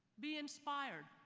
be inspired.